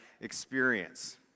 experience